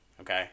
okay